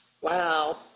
Wow